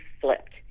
flipped